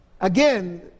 Again